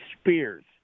spears